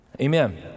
Amen